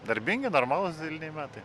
darbingi normalūs eiliniai metai